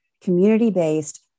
community-based